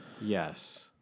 Yes